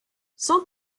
cent